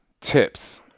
tips